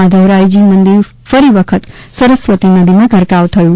માધવરાયજી મંદિર ફરી વખત સરસ્વતી નદીમાં ગરકાવ થયું